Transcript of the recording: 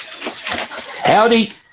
Howdy